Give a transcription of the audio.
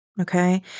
Okay